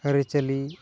ᱟᱹᱨᱤᱪᱟᱹᱞᱤ